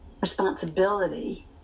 responsibility